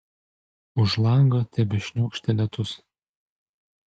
už lango tebešniokštė lietus